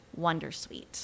Wondersuite